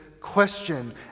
question